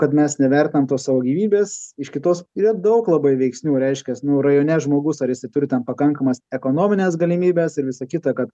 kad mes nevertinam tos savo gyvybės iš kitos yra daug labai veiksnių reiškias nu rajone žmogus ar jisai turi ten pakankamas ekonomines galimybes ir visa kita kad